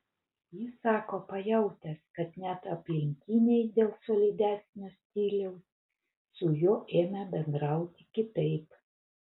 jis sako pajautęs kad net aplinkiniai dėl solidesnio stiliaus su juo ėmė bendrauti kitaip